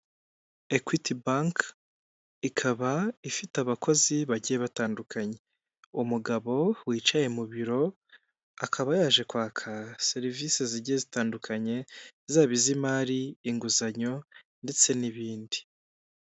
Equity bank, ikaba ifite abakozi bagiye batandukanye, umugabo wicaye mu biro akaba yaje kwaka serivisi zigiye zitandukanye, zaba iz'imari, inguzanyo ndetse n'ibindi.